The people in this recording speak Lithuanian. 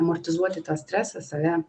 amortizuoti tą stresą save